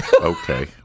okay